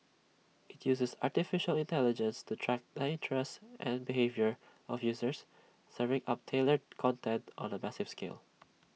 IT uses Artificial Intelligence to track the interests and behaviour of users serving up tailored content on A massive scale